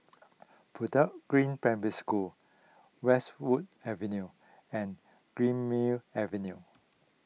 Bedok Green Primary School Westwood Avenue and Greenmead Avenue